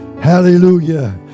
Hallelujah